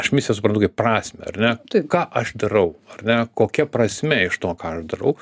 aš misiją suprantu kaip prasmę ar ne ką aš darau ar ne kokia prasmė iš to ką aš darau